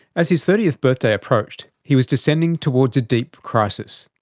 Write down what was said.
as his thirtieth birthday approached, he was descending towards a deep crisis.